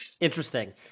interesting